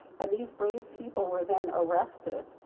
and these brave people were then arrested.